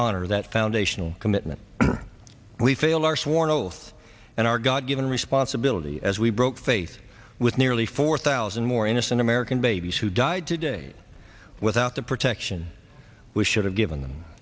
honor that foundational commitment we fail our sworn oath and our god given responsibility as we broke faith with nearly four thousand more innocent american babies who died today without the protection we should have given them